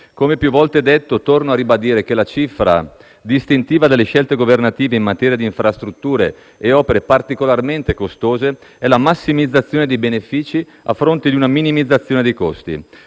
Come più volte detto, torno a ribadire che la cifra distintiva delle scelte governative in materia di infrastrutture e opere particolarmente costose è la massimizzazione dei benefici a fronte di una minimizzazione dei costi.